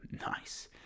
Nice